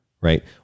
right